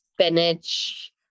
spinach